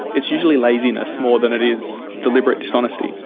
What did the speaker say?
it's usually laziness more than it is deliberate dishonesty.